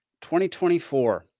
2024